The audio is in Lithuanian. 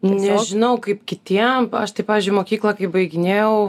nežinau kaip kitiem aš tai pavyzdžiui mokyklą kai baiginėjau